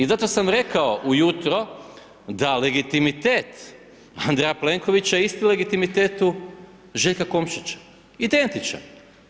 I zato sam rekao ujutro da legitimitet Andreja Plenkovića isto legitimitetu Željka Komšića, identičan.